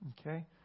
Okay